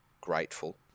grateful